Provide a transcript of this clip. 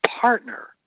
partner